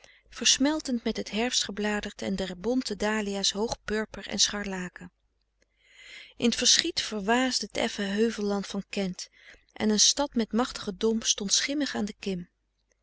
versmeltend met het herfst gebladert en der bonte dahlia's hoog purper en scharlaken in t verschiet verwaasde t effen heuvelland van kent en een stad met machtigen dom stond schimmig aan de kim